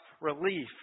relief